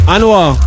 Anwar